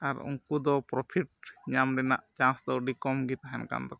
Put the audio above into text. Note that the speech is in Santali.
ᱟᱨ ᱩᱱᱠᱩ ᱫᱚ ᱯᱨᱚᱯᱷᱤᱴ ᱧᱟᱢ ᱨᱮᱱᱟᱜ ᱪᱟᱱᱥ ᱫᱚ ᱟᱹᱰᱤ ᱠᱚᱢ ᱜᱮ ᱛᱟᱦᱮᱱ ᱠᱟᱱ ᱛᱟᱠᱚᱣᱟ